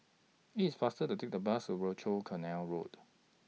IT IS faster to Take The Bus of Rochor Canal Road